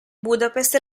budapest